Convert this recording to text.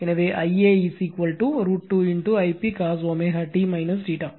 எனவே Ia √ 2 Ip cos t